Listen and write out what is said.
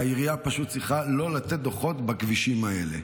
העירייה פשוט צריכה לא לתת דוחות בכבישים האלה.